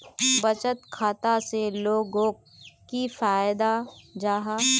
बचत खाता से लोगोक की फायदा जाहा?